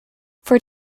for